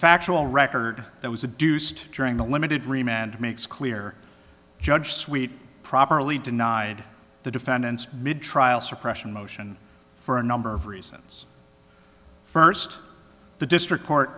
factual record that was a deuced during the limited remained makes clear judge suite properly denied the defendant's mid trial suppression motion for a number of reasons first the district court